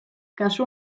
kasu